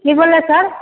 की बोले सर